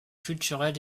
culturels